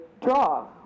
draw